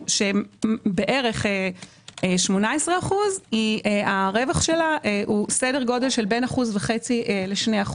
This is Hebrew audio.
שהן בערך 18%. הרווח שלה הוא בין 1.5% 2%,